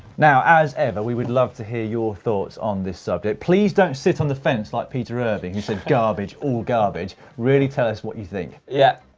now as ever we would love to hear your thoughts on this subject. please don't sit on the fence like peter irving, who said garbage, all garbage. really tell us what you think. yeah.